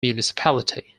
municipality